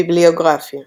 ביבליוגרפיה